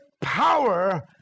power